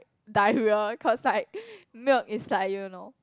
diarrhoea cause like milk is like you know